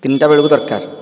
ତିନିଟା ବେଳକୁ ଦରକାର